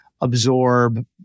absorb